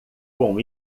com